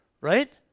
Right